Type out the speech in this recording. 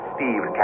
Steve